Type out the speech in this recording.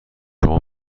شما